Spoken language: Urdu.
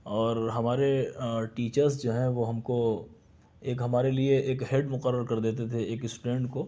اور ہمارے ٹیچرس جو ہیں وہ ہم کو ایک ہمارے لیے ایک ہیڈ مقرر کر دیتے تھے ایک اسٹوڈنٹ کو